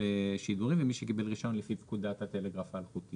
לשידורים ומי שקיבל רישיון לפי פקודת הטלגרף האלחוטי".